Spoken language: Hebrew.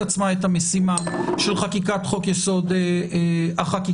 עצמה את המשימה של חקיקת יסוד החקיקה.